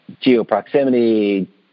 geo-proximity